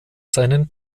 seinen